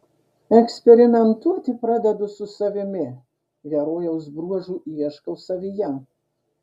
eksperimentuoti pradedu su savimi herojaus bruožų ieškau savyje